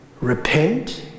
repent